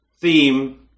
theme